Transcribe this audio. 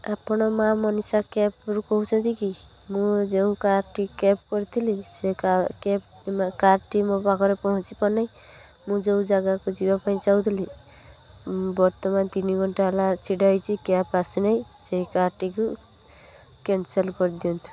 ଆପଣ ମା ମନିଷା କ୍ୟାବ୍ରୁ କହୁଛନ୍ତି କି ମୁଁ ଯେଉଁ କାର୍ଟି କ୍ୟାବ୍ କରିଥିଲି ସେ କାର୍ କ୍ୟାବ୍ କାର୍ଟି ମୋ ପାଖରେ ପହଞ୍ଚି ପାରି ନାହିଁ ମୁଁ ଯେଉଁ ଜାଗାକୁ ଯିବା ପାଇଁ ଚାହୁଁ ଥିଲି ବର୍ତ୍ତମାନ ତିନି ଘଣ୍ଟା ହେଲା ଛିଡ଼ା ହେଇଛି କ୍ୟାବ୍ ଆସୁ ନାହିଁ ସେଇ କାର୍ଟିକୁ କ୍ୟାନ୍ସଲ୍ କରି ଦିଆନ୍ତୁ